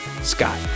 Scott